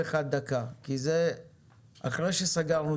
אני לא מדבר כרגע על יבואנים שמחפשים להביא